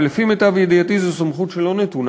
אבל לפי מיטב ידיעתי זו סמכות שלא נתונה